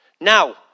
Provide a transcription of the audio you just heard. Now